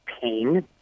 pain